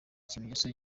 ikimenyetso